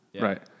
Right